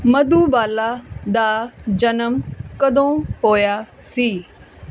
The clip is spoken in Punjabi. ਮਧੂਬਾਲਾ ਦਾ ਜਨਮ ਕਦੋਂ ਹੋਇਆ ਸੀ